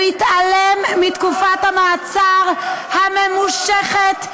הוא התעלם מתקופת המעצר הממושכת,